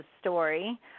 story